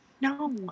no